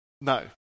No